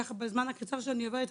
בזמן הקצר שאני עובדת,